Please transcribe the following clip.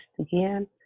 again